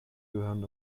gehören